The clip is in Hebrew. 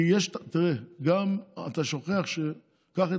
תראה, קח את